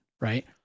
Right